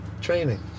training